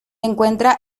encuentra